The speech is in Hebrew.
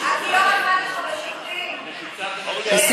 לסעיף 15 לא נתקבלה.